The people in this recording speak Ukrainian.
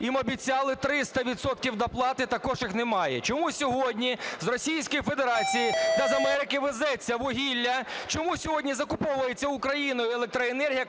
Їм обіцяли 300 відсотків доплати, також їх немає. Чому сьогодні з Російської Федерації та з Америки везеться вугілля? Чому сьогодні закуповується Україною електроенергія,